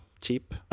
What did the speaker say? Cheap